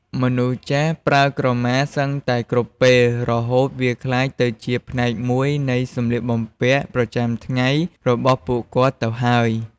មនុស្សចាស់ប្រើក្រមាសឹងតែគ្រប់ពេល រហូតវាក្លាយទៅជាផ្នែកមួយនៃសម្លៀកបំពាក់ប្រចាំថ្ងៃរបស់ពួកគាត់ទៅហើយ។